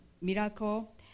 miracle